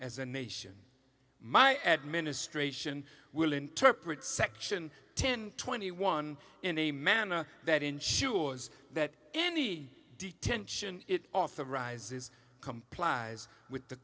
as a nation my administration will interpret section ten twenty one in a manner that ensures that any detention it authorizes complies with the